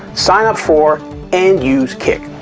sign up for and use kik.